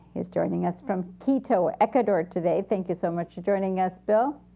he's joining us from quito, ecuador today. thank you so much for joining us, bill.